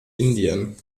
indien